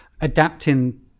adapting